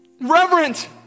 Reverent